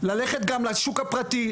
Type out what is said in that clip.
ללכת גם לשוק הפרטי,